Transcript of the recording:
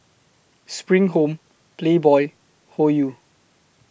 SPRING Home Playboy Hoyu